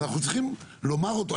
אנחנו צריכים לומר אותו.